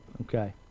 Okay